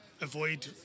avoid